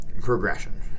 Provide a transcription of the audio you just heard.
progression